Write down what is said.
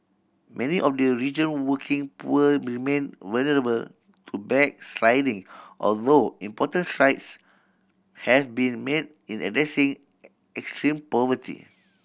many of the region working poor remain vulnerable to backsliding although important strides have been made in addressing extreme poverty